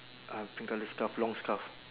uh pink colour scarf long scarf